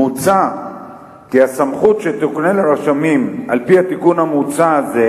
מוצע כי הסמכות שתוקנה לרשמים על-פי התיקון המוצע הזה,